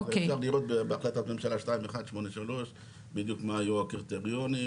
אבל אפשר לראות בהחלטת ממשלה 2183 מה בדיוק היו הקריטריונים.